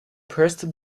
pressed